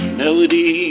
melody